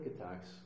attacks